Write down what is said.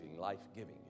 life-giving